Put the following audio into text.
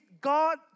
God